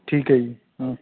ਠੀਕ ਹੈ ਜੀ